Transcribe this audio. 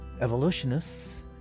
evolutionists